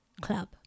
club